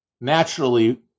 naturally